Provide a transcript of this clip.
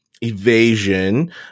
evasion